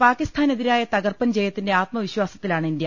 പാക്കിസ്ഥാനെതിരായ തകർപ്പൻ ജയത്തിന്റെ ആത്മവി ശ്വാസത്തിലാണ് ഇന്ത്യ